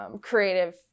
creative